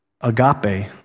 Agape